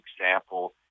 example